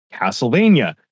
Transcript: Castlevania